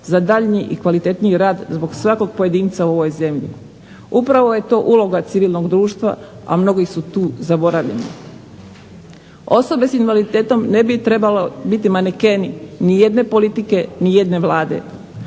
za daljnji i kvalitetniji rad zbog svakog pojedinca u ovoj zemlji. Upravo je to uloga civilnog društva, a mnogi su tu zaboravljeni. Osobe s invaliditetom ne bi trebale biti manekeni nijedne politike, nijedne Vlade.